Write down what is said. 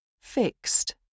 Fixed